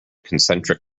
concentric